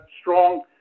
strong